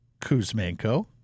Kuzmenko